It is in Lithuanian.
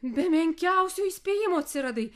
be menkiausio įspėjimo atsiradai